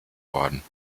worden